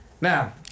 Now